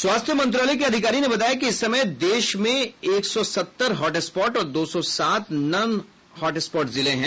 स्वास्थ्य मंत्रालय के अधिकारी ने बताया कि इस समय देश में एक सौ सत्तर हॉट स्पॉट और दो सौ सात नॉन हॉट स्पॉट जिले हैं